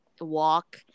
walk